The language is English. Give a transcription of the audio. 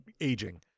aging